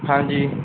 ਹਾਂਜੀ